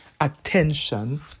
attention